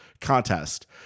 contest